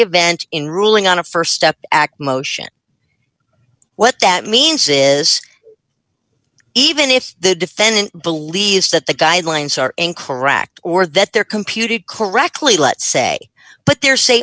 event in ruling on a st step act motion what that means is even if the defendant believes that the guidelines are incorrect or that they're computed correctly let's say but they're say